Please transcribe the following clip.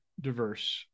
diverse